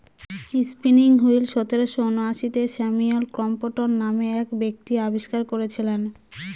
spinning wheel সতেরোশো ঊনআশিতে Samuel Crompton নামে এক ব্যক্তি আবিষ্কার করেছিলেন